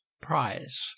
prize